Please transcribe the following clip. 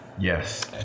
Yes